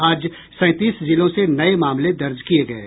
आज सैंतीस जिलों से नये मामले दर्ज किये गये